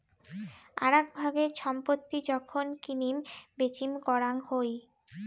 আরাক ভাবে ছম্পত্তি যখন কিনিম বেচিম করাং হই